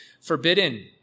forbidden